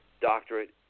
doctorate